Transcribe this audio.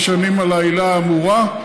נשענים על העילה האמורה,